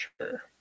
sure